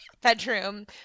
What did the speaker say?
bedroom